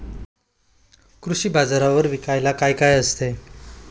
कृषी बाजारावर विकायला काय काय असते?